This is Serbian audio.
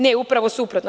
Ne upravo suprotno.